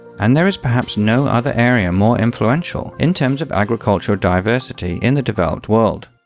and there is perhaps no other area more influential in terms of agricultural diversity in the developed world.